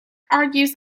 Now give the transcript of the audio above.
argues